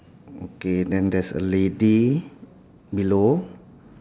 okay then there's a lady below